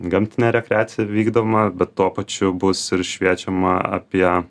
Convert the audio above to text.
gamtinė rekreacija vykdoma bet tuo pačiu bus ir šviečiama apie